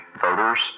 voters